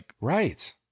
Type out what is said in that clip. Right